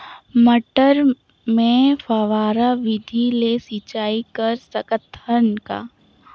मटर मे फव्वारा विधि ले सिंचाई कर सकत हन का?